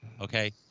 okay